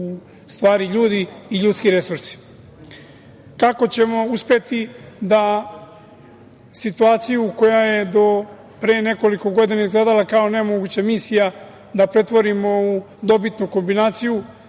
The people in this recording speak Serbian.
u stvari ljudi i ljudski resursi. Kako ćemo uspeti da situaciju koja je do pre nekoliko godina izgledala kao nemoguća misija da pretvorimo u dobitnu kombinaciju